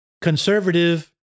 conservative